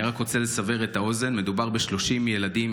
אני רק רוצה לסבר את האוזן: מדובר ב-30 ילדים,